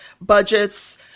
budgets